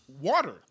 Water